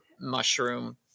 mushroom